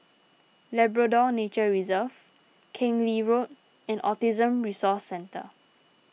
Labrador Nature Reserve Keng Lee Road and Autism Resource Centre